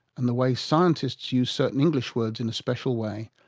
and the way scientists use certain english words in a special way,